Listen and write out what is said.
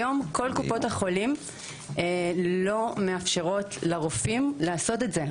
היום כל קופות החולים לא מאפשרות לרופאים לעשות את זה.